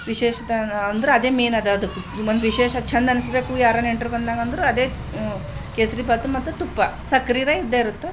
ವಿಶೇಷತೆ ಅಂದು ಅಂದ್ರೆ ಅದೇ ಮೇಯ್ನದ ಅದಕ್ಕೆ ವಿಶೇಷ ಚೆಂದ ಅನ್ನಿಸ್ಬೇಕು ಯಾರ ನೆಂಟರು ಬಂದಾಗಂದ್ರೆ ಅದೇ ಕೇಸರೀಬಾತು ಮತ್ತು ತುಪ್ಪ ಸಕ್ರೇನೇ ಇದ್ದೇ ಇರತ್ತೆ